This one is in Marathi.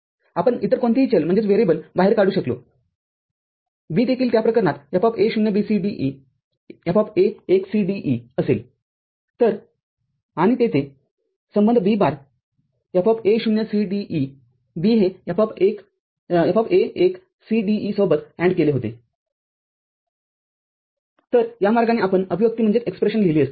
आपण इतर कोणतेही चल बाहेर काढू शकलो असतो B देखील त्या प्रकरणात FA0CDE FA १CDE असेल तरआणि येथे संबंध B बार FA0CDE B हे FA १CDE सोबत ANDकेले होते तर या मार्गाने आपण अभिव्यक्तीलिहिली असती